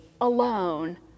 alone